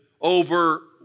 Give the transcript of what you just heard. over